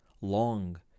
long